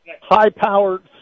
high-powered